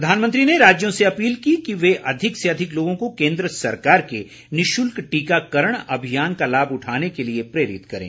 प्रधानमंत्री ने राज्यों से अपील की कि वे अधिक से अधिक लोगों को केन्द्र सरकार के निशुल्क टीकाकरण अभियान का लाभ उठाने के लिए प्रेरित करें